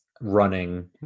running